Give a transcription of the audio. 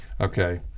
Okay